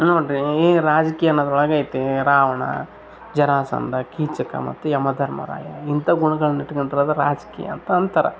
ನೋಡ್ರಿ ಈ ರಾಜಕೀಯ ಅನ್ನೋದ್ರೊಳಗೆ ಐತಿ ರಾವಣ ಜರಾಸಂಧ ಕೀಚಕ ಮತ್ತು ಯಮಧರ್ಮರಾಯ ಇಂಥ ಗುಣಗಳ್ನ ಇಟ್ಕೊಂಡಿರದ್ ರಾಜಕೀಯ ಅಂತ ಅಂತಾರೆ